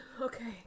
Okay